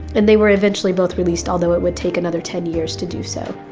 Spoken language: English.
and they were eventually both released although it would take another ten years to do so.